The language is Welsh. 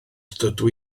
dydw